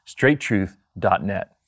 straighttruth.net